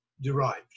derived